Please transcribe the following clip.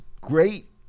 great